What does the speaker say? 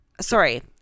Sorry